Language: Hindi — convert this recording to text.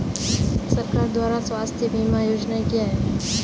सरकार द्वारा स्वास्थ्य बीमा योजनाएं क्या हैं?